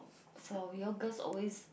for we all girls always